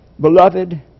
Beloved